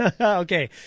Okay